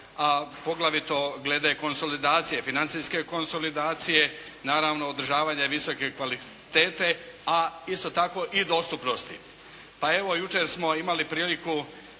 a poglavito glede konsolidacije, financijske konsolidacije, naravno održavanje visoke kvalitete, a isto tako i dostupnosti. Pa evo, jučer smo imali priliku